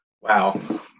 Wow